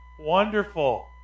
Wonderful